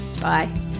Bye